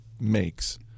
makes